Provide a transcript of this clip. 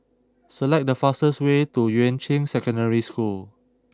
select the fastest way to Yuan Ching Secondary School